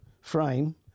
frame